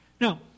Now